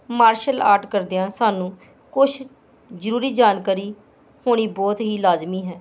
martial art ਕਰਦਿਆਂ ਸਾਨੂੰ ਕੁਛ ਜ਼ਰੂਰੀ ਜਾਣਕਾਰੀ ਹੋਣੀ ਬਹੁਤ ਹੀ ਲਾਜ਼ਮੀ ਹੈ